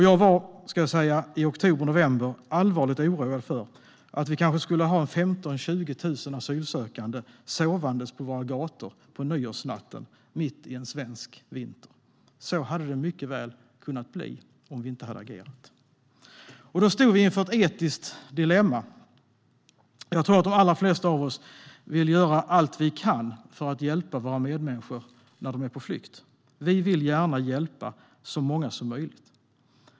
Jag var i oktober-november allvarligt oroad för att 15 000-20 000 asylsökande skulle sova på våra gator på nyårsnatten, mitt i en svensk vinter. Så hade det mycket väl kunnat bli om vi inte hade agerat. Då stod vi inför ett etiskt dilemma. Jag tror att de allra flesta av oss vill göra allt vi kan för att hjälpa våra medmänniskor när de är på flykt. Vi vill gärna hjälpa så många som möjligt.